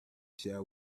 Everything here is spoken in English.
shall